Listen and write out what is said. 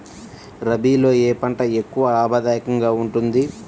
రబీలో ఏ పంట ఎక్కువ లాభదాయకంగా ఉంటుంది?